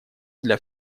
для